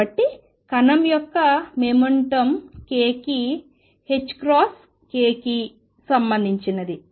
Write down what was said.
కాబట్టి కణం యొక్క మొమెంటం k కి ℏkకి సంబంధించినది